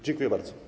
Dziękuję bardzo.